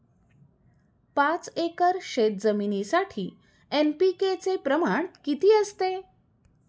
पाच एकर शेतजमिनीसाठी एन.पी.के चे प्रमाण किती असते?